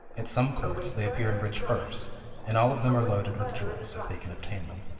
at some courts, they appear in rich furs and all of them are loaded with jewels, if they can obtain them.